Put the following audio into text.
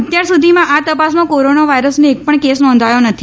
અત્યાર સુધીમાં આ તપાસમાં કોરોના વાયરસનો એકપણ કેસ નોંધાયો નથી